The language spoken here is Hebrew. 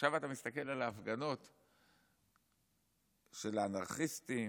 עכשיו אתה מסתכל על ההפגנות של "האנרכיסטים",